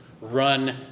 run